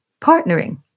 partnering